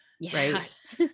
Yes